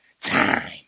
time